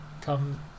come